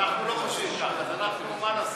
אנחנו לא חושבים ככה, אז אנחנו, מה נעשה?